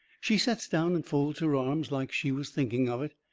she sets down and folds her arms, like she was thinking of it,